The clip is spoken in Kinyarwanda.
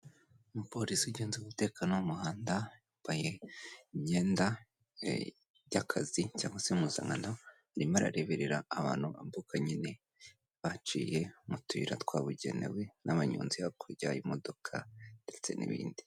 Umupolisi ugenzura umutekano wo mu muhanda, yambaye imyenda y'akazi cyangwa se impuzankano, arimo arareberera abantu bambuka nyine baciye mu tuyira twabugenewe n'abanyonzi, hakurya hari imodoka ndetse n'ibindi.